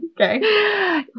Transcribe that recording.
Okay